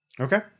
Okay